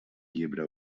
llibre